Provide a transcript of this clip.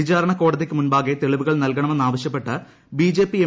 വിചാരണ കോടതിയ്ക്ക് മുൻപാകെ തെളിവുകൾ നൽകണമെന്ന് ആവശ്യപപ്പെട്ട് ബിജെപി എം